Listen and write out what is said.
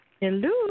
Hello